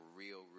real